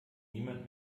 niemand